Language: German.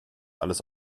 alles